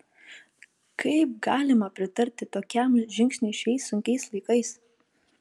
kaip galima pritarti tokiam žingsniui šiais sunkiais laikais